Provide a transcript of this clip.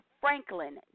Franklin